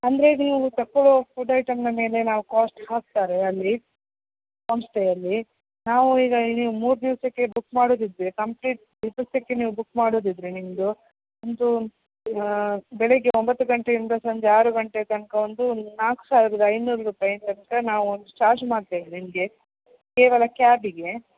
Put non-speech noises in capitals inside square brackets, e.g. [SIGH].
ಅಂದರೆ ನೀವು ತಕೊಳೋ ಫುಡ್ ಐಟಂನ ಮೇಲೆ ನಾವು ಕಾಸ್ಟ್ ಹಾಕ್ತಾರೆ ಅಲ್ಲಿ ಹೋಮ್ ಸ್ಟೇಯಲ್ಲಿ ನಾವು ಈಗ ನೀವು ಮೂರು ದಿವಸಕ್ಕೆ ಬುಕ್ ಮಾಡುವುದಿದ್ರೆ ಕಂಪ್ಲೀಟ್ [UNINTELLIGIBLE] ನೀವು ಬುಕ್ ಮಾಡುವುದಿದ್ರೆ ನಿಮ್ಮದು ಒಂದು ಬೆಳಿಗ್ಗೆ ಒಂಬತ್ತು ಗಂಟೆಯಿಂದ ಸಂಜೆ ಆರು ಗಂಟೆ ತನಕ ಒಂದು ನಾಲ್ಕು ಸಾವಿರದ ಐನೂರು ರೂಪಾಯಿ ತನಕ ನಾವು ಒಂದು ಚಾರ್ಜ್ ಮಾಡ್ತೇವೆ ನಿಮಗೆ ಕೇವಲ ಕ್ಯಾಬಿಗೆ